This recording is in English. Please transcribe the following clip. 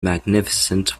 magnificent